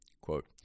quote